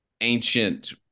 ancient